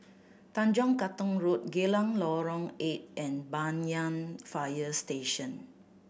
Tanjong Katong Road Geylang Lorong Eight and Banyan Fire Station